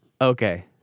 Okay